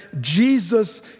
Jesus